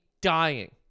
dying